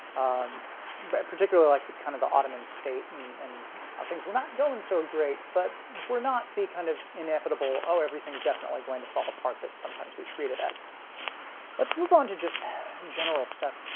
um but particularly like the kind of the ottoman state and and how things were not going so great, but we're not the kind of inevitable oh, everything's definitely going to fall apart that sometimes we treat it as let's move on to just general stuff.